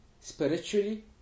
spiritually